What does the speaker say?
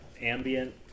ambient